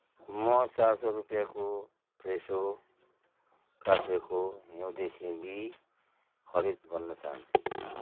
म चार सौ रुपियाँको फ्रेसो काटेको हिउँदे सिमी खरिद गर्न चाहन्छु